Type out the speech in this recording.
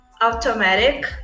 automatic